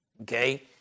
Okay